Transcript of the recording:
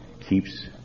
keeps